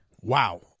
Wow